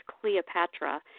Cleopatra